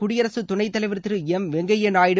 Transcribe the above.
குடியரசுத் துணைத்தலைவர் திரு எம் வெங்கைய்யா நாயுடு